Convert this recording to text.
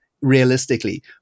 realistically